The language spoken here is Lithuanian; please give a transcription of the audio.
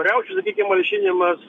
riaušių sakykim malšinimas